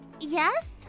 yes